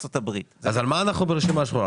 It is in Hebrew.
אז על מה אנחנו ברשימה שחורה,